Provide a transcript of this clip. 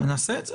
נעשה את זה.